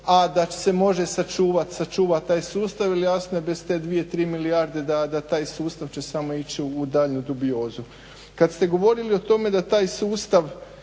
a da se može sačuvati taj sustav jer jasno je bez te 2, 3 milijarde da taj sustav će samo ići u daljnju dubiozu. Kad ste govorili o tome da taj sustav,